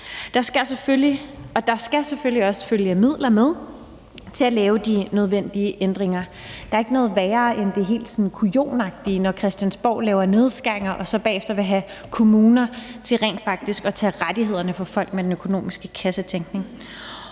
Der skal selvfølgelig også følge midler med til at lave de nødvendige ændringer. Der er ikke noget værre end det helt sådan kujonagtige, når Christiansborg laver nedskæringer og så bagefter med den økonomiske kassetænkning vil have kommuner til rent faktisk at tage rettighederne fra folk. Det er, som om der har bredt sig